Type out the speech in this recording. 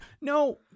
No